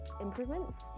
improvements